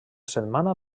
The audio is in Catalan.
setmana